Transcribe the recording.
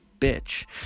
bitch